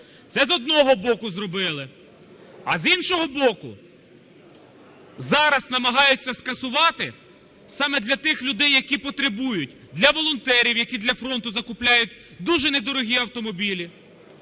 Це з одного боку зробили. А з іншого боку зараз намагаються скасувати саме для тих людей, які потребують: для волонтерів, які для фронту закупляють дуже недорогі автомобілі;